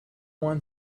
one